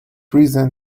reason